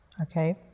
okay